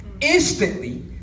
Instantly